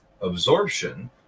absorption